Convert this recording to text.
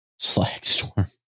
Slagstorm